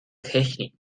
technik